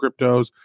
cryptos